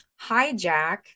hijack